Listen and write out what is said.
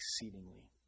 exceedingly